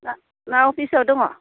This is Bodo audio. ना अफिसाव दङ